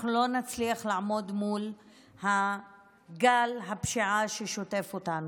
אנחנו לא נצליח לעמוד מול גל הפשיעה ששוטף אותנו.